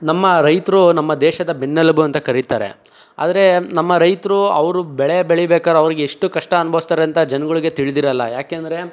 ನಮ್ಮ ರೈತರು ನಮ್ಮ ದೇಶದ ಬೆನ್ನೆಲುಬು ಅಂತ ಕರೀತಾರೆ ಆದರೆ ನಮ್ಮ ರೈತರು ಅವರು ಬೆಳೆ ಬೆಳಿಬೇಕಾರೆ ಅವ್ರಿಗೆಷ್ಟು ಕಷ್ಟ ಅನುಬೌಸ್ತಾರೆ ಅಂತ ಜನಗಳಿಗೆ ತಿಳ್ದಿರೋಲ್ಲ ಏಕೆಂದ್ರೆ